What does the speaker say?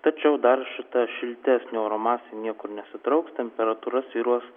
tačiau dar šį tą šiltesnio romas niekur nesitrauks temperatūra svyruos